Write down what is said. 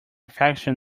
faction